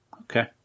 Okay